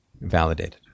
validated